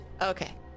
Okay